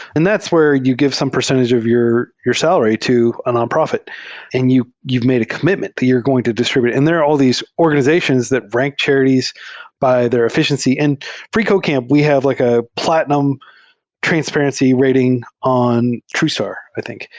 and that's where you give some percentage of your your salary to a nonprofit and you've made a comm itment to you're going to distr ibute, and there are al l these organizations that rank charities by their efficiency. and freecodecamp, we have like a platinum transparency rating on true star, i think.